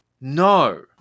no